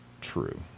True